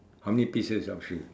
how many pieces of shoe